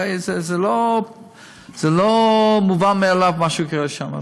הרי זה לא מובן מאליו, מה שקורה שם.